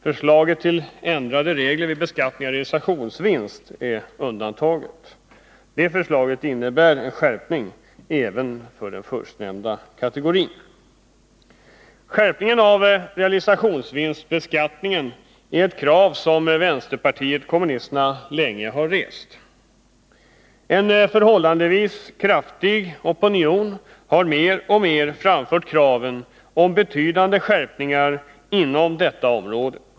Förslaget till ändrade regler vid beskattning av realisationsvinst är undantaget. Det förslaget innebär skärpningar även för den förstnämnda kategorin. Skärpningen av realisationsvinstbeskattningen är ett krav som vänsterpartiet kommunisterna länge har rest. En förhållandevis kraftig opinion har allt starkare krävt betydande skärpningar inom detta område.